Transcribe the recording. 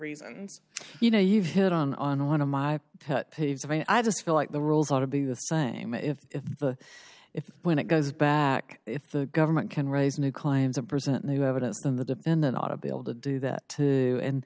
reasons you know you've hit on on one of my peeves i mean i just feel like the rules ought to be the same if the if when it goes back if the government can raise new climbs and present new evidence then the defendant ought to be able to do that